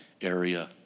area